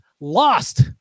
lost